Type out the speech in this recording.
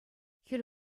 хӗл